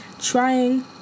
trying